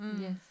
Yes